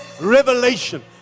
revelation